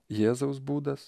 jėzaus būdas